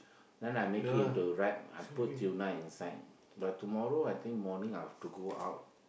then I make it into wrap I put tuna inside but tomorrow I think morning I have to go out